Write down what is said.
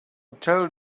told